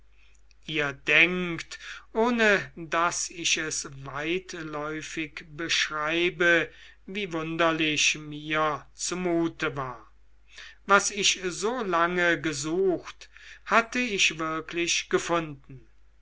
ihr denkt ohne daß ich es weitläufig beschreibe wie wunderlich mir zumute war was ich so lange gesucht hatte ich wirklich gefunden